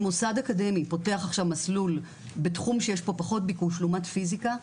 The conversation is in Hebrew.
אם מוסד אקדמי פותח עכשיו מסלול בתחום שיש בו פחות ביקוש מאשר פיזיקה,